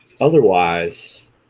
Otherwise